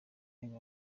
mwanya